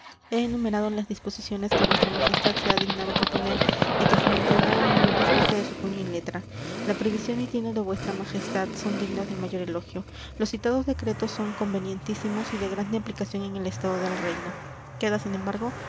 he enumerado las disposiciones que vuestra majestad se ha dignado proponer y que se me entregaron en minuta escrita de su puño y letra la previsión y tino de vuestra majestad son dignos del mayor elogio los citados decretos son convenientísimos y de grande aplicación en el estado del reino queda sin embargo